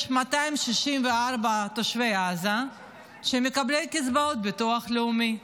יש 264 תושבי עזה שהם מקבלי קצבאות ביטוח לאומי.